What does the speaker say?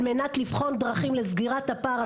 על מנת לבחון דרכים לסגירת הפער התקציבי.